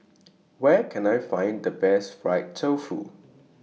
Where Can I Find The Best Fried Tofu